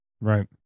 Right